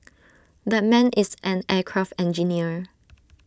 that man is an aircraft engineer